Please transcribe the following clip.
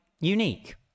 unique